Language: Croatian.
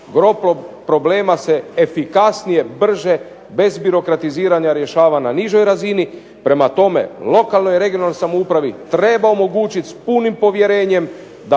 gro problema se efikasnije, brže bez birokratiziranja rješava na nižoj razini. Prema tome, lokalnoj i regionalnoj samoupravi treba omogućiti s punim povjerenjem